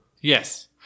Yes